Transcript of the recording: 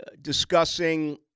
discussing